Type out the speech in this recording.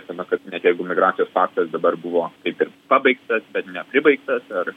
tame kad net jeigu migracijos paktas dabar buvo kaip ir pabaigtas bet nepribaigtas ir